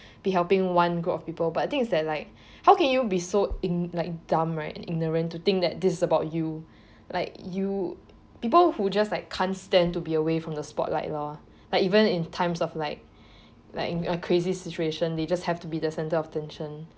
be helping one group of people but I think that is like how can you be so in~ like dumb right ignorant to think that this about you like you people who just like can't stand to be away from the spotlight lor like even in times of like like in a crazy situation they just have to be the centre of attention